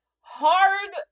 hard